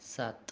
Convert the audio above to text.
सात